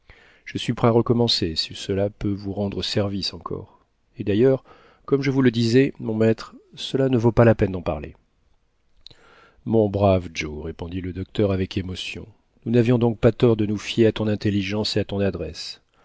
je suis prêt à recommencer si cela peut vous rendre service encore et d'ailleurs comme je vous le disais mon maître cela ne vaut pas la peine d'en parler mon brave joe répondit le docteur avec émotion nous n'avions donc pas tort de nous fier à ton intelligence et à ton adresse